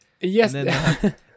Yes